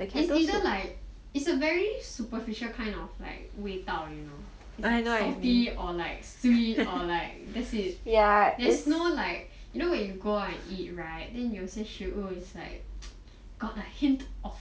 it's either like it's a very superficial kind of like 味道 you know it's like salty or like sweet or like that's it there's no like you know when you go out and eat right then you will say 食物 is like got a hint of